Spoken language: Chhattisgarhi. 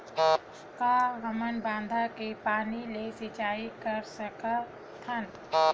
का हमन बांधा के पानी ले सिंचाई कर सकथन?